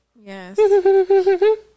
yes